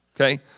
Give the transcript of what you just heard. Okay